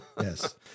Yes